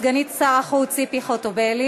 תשיב סגנית שר החוץ ציפי חוטובלי.